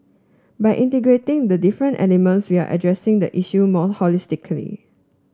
by integrating the different elements we are addressing the issue more holistically